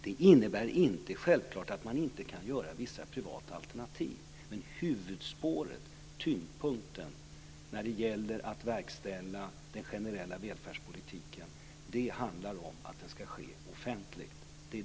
Det innebär inte självklart att det inte går att ha vissa privata alternativ, men huvudspåret - tyngdpunkten - när det gäller att verkställa den generella välfärdspolitiken ska ske offentligt.